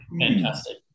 Fantastic